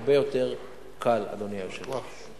יהיה הרבה יותר קל, אדוני היושב-ראש.